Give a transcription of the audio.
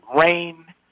rain